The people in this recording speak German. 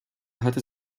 hatte